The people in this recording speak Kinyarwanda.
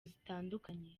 zitandukanye